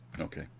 Okay